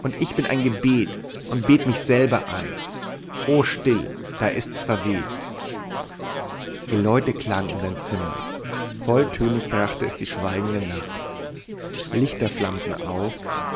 und ich bin ein gebet und bet mich selber an o still da ist's verweht geläute klang in sein zimmer volltönig brachte es die schweigende nacht lichter flammten auf